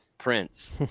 Prince